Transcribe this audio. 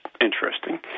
interesting